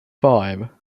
five